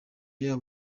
yabo